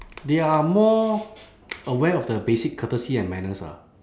they are more aware of the basic courtesy and manners ah